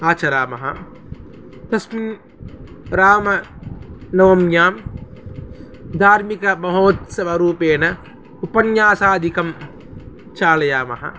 आचरामः तस्मिन् रामनवम्यां धार्मिकमहोत्सवरूपेण उपन्यासादिकं चालयामः